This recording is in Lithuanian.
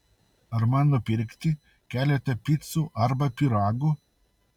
ar man nupirkti keletą picų arba pyragų